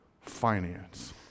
finance